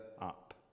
up